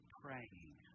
praying